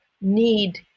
need